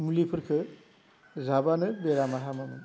मुलिफोरखो जाब्लानो बेरामा हामोमोन